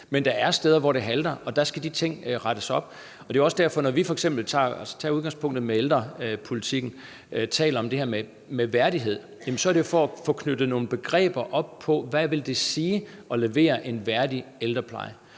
Men der er steder, hvor det halter, og der skal de ting rettes op. Når vi tager udgangspunkt i ældrepolitikken, taler vi om værdighed for at knytte nogle begreber på, hvad det vil sige at levere en værdig ældrepleje.